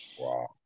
Wow